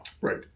right